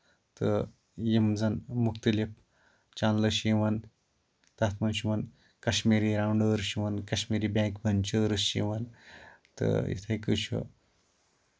تہٕ یِم زَن مُختعلِف چیٚلنہٕ چھِ یِوان تَتھ منٛز چھُ یِوان کشمیٖری رونڈٲرس چھِ یِوان کشمیٖری بیک بینچٲرس چھِ یِوان تہٕ یِتھٕے کٲٹھۍ چھُ